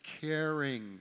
caring